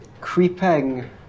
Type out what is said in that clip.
creeping